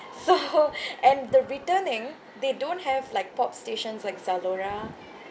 so and the returning they don't have like pop stations like zalora